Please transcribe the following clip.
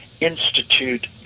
Institute